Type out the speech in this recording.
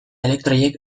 elektroiek